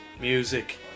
music